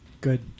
Good